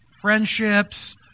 friendships